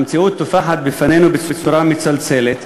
המציאות טופחת על פנינו בצורה מצלצלת.